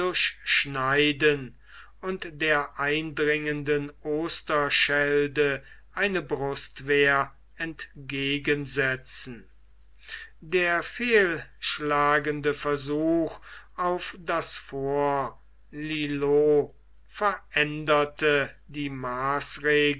durchschneiden und der eindringenden oster schelde eine brustwehr entgegensetzen der fehlgeschlagene versuch auf das fort lillo veränderte die